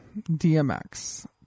DMX